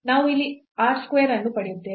ನಾವು ಇಲ್ಲಿ r square ಅನ್ನು ಪಡೆಯುತ್ತೇವೆ